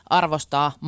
arvostaa